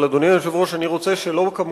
אבל, אדוני היושב-ראש, אני רוצה, שלא כמקובל,